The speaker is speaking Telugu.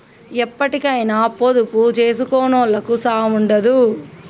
ఎప్పటికైనా పొదుపు జేసుకునోళ్లకు సావుండదు